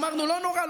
ואמרנו: לא נורא,